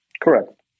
Correct